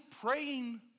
praying